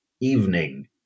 evening